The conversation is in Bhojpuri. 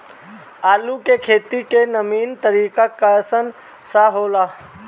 आलू के खेती के नीमन तरीका कवन सा हो ला?